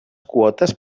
quotes